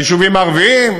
ביישובים הערביים,